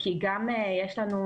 כי גם יש לנו,